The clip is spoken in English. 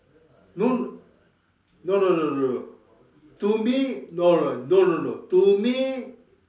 no no no no no to me no no no no no no to me